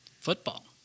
football